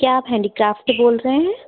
क्या आप हेंडीक्राफ्ट से बोल रहे हैं